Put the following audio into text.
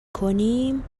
کنیم